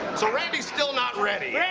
so randy's still not ready. yeah